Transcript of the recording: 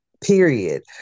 Period